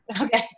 Okay